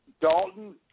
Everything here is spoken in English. Dalton